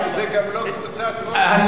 זה גם לא קבוצת רוב.